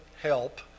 help